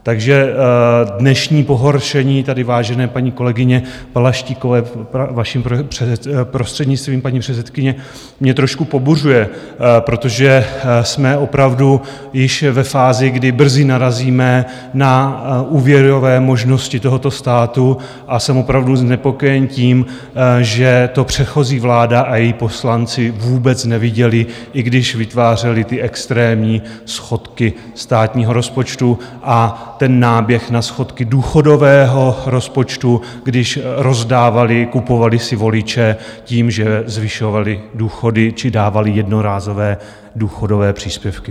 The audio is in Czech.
Takže dnešní pohoršení tady vážené paní kolegyně Balaštíkové, vaším prostřednictvím, paní předsedkyně, mě trošku pobuřuje, protože jsme opravdu již ve fázi, kdy brzy narazíme na úvěrové možnosti tohoto státu, a jsem opravdu znepokojen tím, že to předchozí vláda a její poslanci vůbec neviděli, i když vytvářeli ty extrémní schodky státního rozpočtu a ten náběh na schodky důchodového rozpočtu, když rozdávali, kupovali si voliče tím, že zvyšovali důchody či dávali jednorázové důchodové příspěvky.